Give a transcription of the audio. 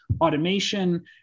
automation